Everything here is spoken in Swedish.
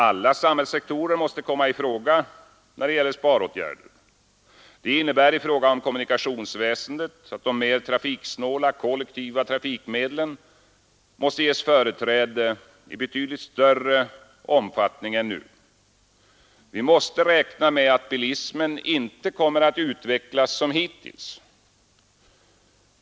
Alla samhällssektorer måste kunna komma i fråga när det gäller sparåtgärder. Det innebär i fråga om kommunikationsväsendet att de mera trafiksnåla kollektiva trafikmedlen måste ges företräde i betydligt större omfattning än nu. Vi måste räkna med att bilismen inte kommer att utvecklas som hittills.